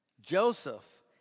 Joseph